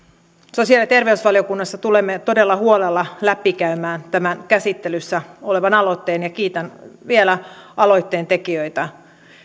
sosiaali ja terveysvaliokunnassa tulemme todella huolella läpikäymään tämän käsittelyssä olevan aloitteen ja kiitän vielä aloitteen tekijöitä